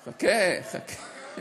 חכה, חכה.